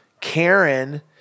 Karen